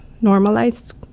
normalized